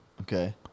okay